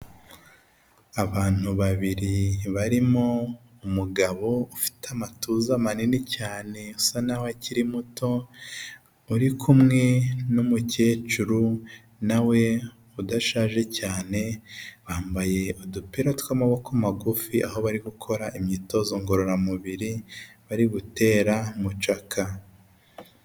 Abantu babiri, barimo umugabo ufite amatuza manini cyane, usa n'aho akiri muto, uri kumwe n'umukecuru na we udashaje cyane, bambaye udupira tw'amaboko magufi, aho bari gukora imyitozo ngororamubiri, bari gutera mucaka.